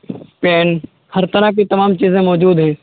pain ہر طرح کی تمام چیزیں موجود ہیں